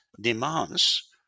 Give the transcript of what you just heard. demands